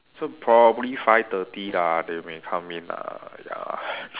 so probably five thirty lah they may come in ah ya